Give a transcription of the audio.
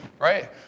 Right